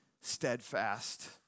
steadfast